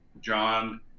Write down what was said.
John